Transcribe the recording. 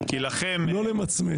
לא למצמץ,